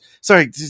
sorry